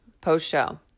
Post-show